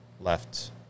left